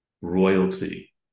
royalty